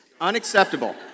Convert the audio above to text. Unacceptable